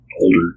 older